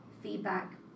feedback